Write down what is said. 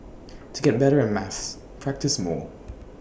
to get better at maths practise more